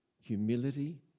humility